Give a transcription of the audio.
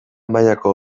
mailako